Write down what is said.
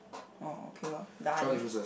orh okay lor done